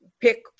pick